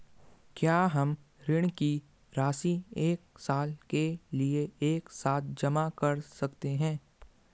क्या हम ऋण की राशि एक साल के लिए एक साथ जमा कर सकते हैं?